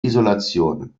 isolation